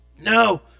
No